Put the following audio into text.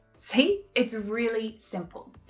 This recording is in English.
see? it's really simple.